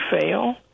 fail—